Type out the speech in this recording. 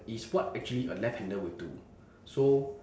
it's what actually a left hander would do so